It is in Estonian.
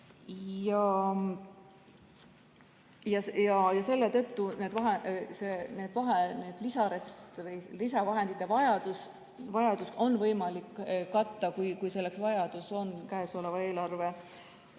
ja selle tõttu on see lisavahendite vajadus võimalik katta, kui selleks vajadus on, käesoleva eelarveaasta